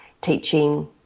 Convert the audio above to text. teaching